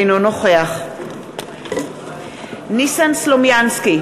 אינו נוכח ניסן סלומינסקי,